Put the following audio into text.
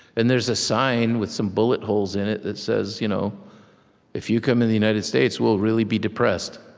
and there's a sign with some bullet holes in it that says, you know if you come to the united states, we'll really be depressed.